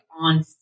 on